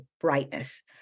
brightness